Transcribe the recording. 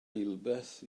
eilbeth